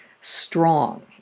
strong